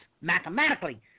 mathematically